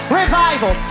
revival